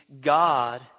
God